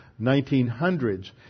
1900s